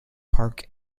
park